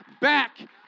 back